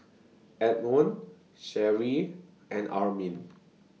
Edmon Sherri and Armin